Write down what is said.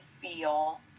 feel